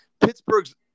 Pittsburgh's